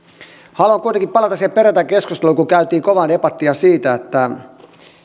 haluan kuitenkin palata siihen perjantain keskusteluun kun käytiin kovaa debattia siitä että